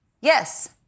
yes